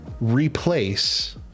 replace